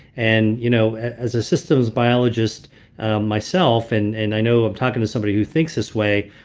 and you know as a systems biologist myself, and and i know i'm talking to somebody who thinks this way,